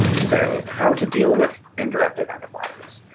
so how to deal with indirect identifiers?